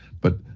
but,